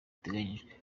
iteganyijwe